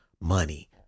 money